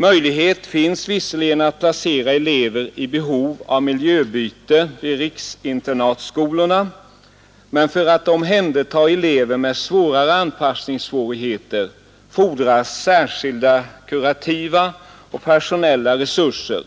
Möjlighet finns visserligen att placera elever i behov av miljöbyte vid riksinternatskolorna men för att omhänderta elever med svårare anpassningsproblem fordras särskilda kurativa och personella resurser.